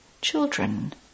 children